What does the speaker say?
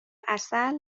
عسل